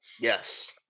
yes